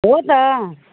हो त